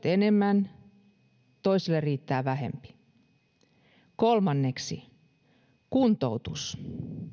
enemmän toisille riittää vähempi kolmanneksi kuntoutus